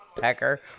pecker